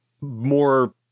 more